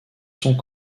sont